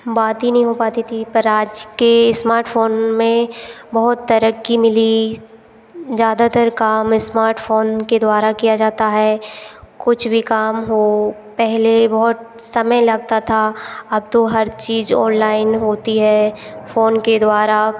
बात ही नहीं हो पाती थी पर आज के इस्मार्टफोन में बहुत तरक्की मिली ज़्यादातर काम इस्मार्टफोन के द्वारा किया जाता है कुछ भी काम हो पहले बहुत समय लगता था अब तो हर चीज़ ऑनलाइन होती है फ़ोन के द्वारा